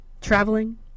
Traveling